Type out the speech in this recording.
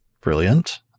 Brilliant